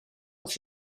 aus